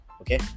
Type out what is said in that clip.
Okay